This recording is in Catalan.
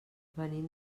venim